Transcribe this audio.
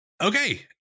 okay